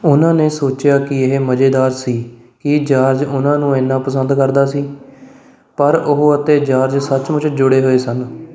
ਉਹਨਾਂ ਨੇ ਸੋਚਿਆ ਕਿ ਇਹ ਮਜ਼ੇਦਾਰ ਸੀ ਕਿ ਜਾਰਜ ਉਹਨਾਂ ਨੂੰ ਇੰਨਾਂ ਪਸੰਦ ਕਰਦਾ ਸੀ ਪਰ ਉਹ ਅਤੇ ਜਾਰਜ ਸੱਚਮੁੱਚ ਜੁੜੇ ਹੋਏ ਸਨ